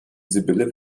sibylle